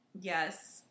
Yes